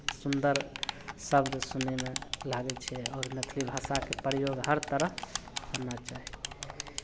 सुन्दर शब्द सुनयमे लागै छै आओर मैथिली भाषाके प्रयोग हर तरह करना चाही